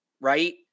right